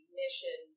mission